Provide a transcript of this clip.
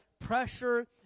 pressure